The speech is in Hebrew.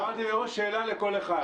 אמרתי מראש ששאלה לכל אחד.